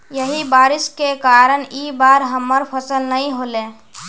यही बारिश के कारण इ बार हमर फसल नय होले?